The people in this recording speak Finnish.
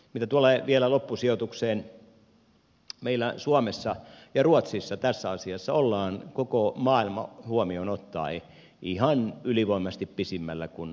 mitä tulee vielä loppusijoitukseen meillä suomessa ja ruotsissa tässä asiassa ollaan koko maailma huomioon ottaen ihan ylivoimaisesti pisimmällä kuin missään muualla